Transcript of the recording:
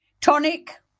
Tonic